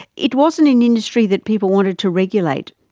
it wasn't an industry that people wanted to regulate.